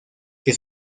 que